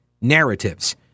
narratives